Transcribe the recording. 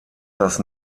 das